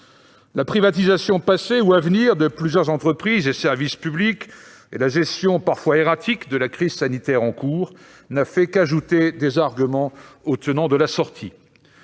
La privatisation passée ou à venir de plusieurs entreprises et services publics et la gestion parfois erratique de la crise sanitaire n'ont fait que donner des arguments supplémentaires